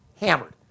hammered